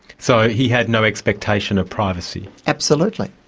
so he had no expectation of privacy? absolutely.